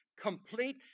complete